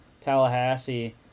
Tallahassee